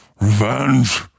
Revenge